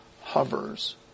hovers